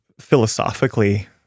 philosophically